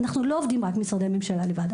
אנחנו לא עובדים רק משרדי ממשלה לבד.